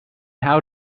how